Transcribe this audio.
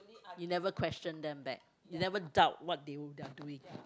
you never question them back you never doubt what they w~ are doing